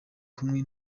kumwe